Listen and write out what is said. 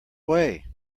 way